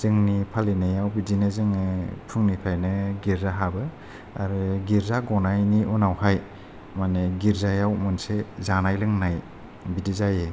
जोंनि फालिनायाव बिदिनो जोङो फुंनिफ्रायनो गिर्जा हाबो आरो गिर्जा गनायनि उनावहाय माने गिर्जाआव मोनसे जानाय लोंनाय बिदि जायो